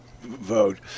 vote